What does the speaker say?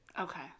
okay